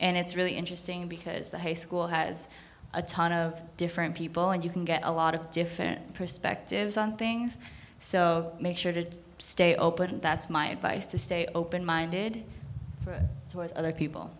and it's really interesting because the high school has a ton of different people and you can get a lot of different perspectives on things so make sure to stay open that's my advice to stay open minded to other people